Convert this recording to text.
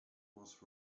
was